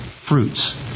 fruits